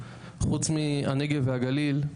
חוץ מהנגב והגליל,